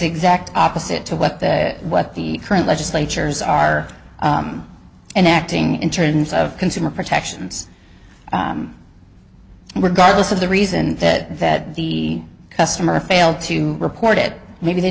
exact opposite to what the what the current legislatures are and acting in terms of consumer protections were garbus of the reason that that the customer failed to report it maybe